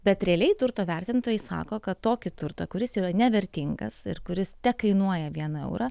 bet realiai turto vertintojai sako kad tokį turtą kuris yra nevertingas ir kuris tekainuoja vieną eurą